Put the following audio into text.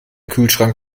kühlschrank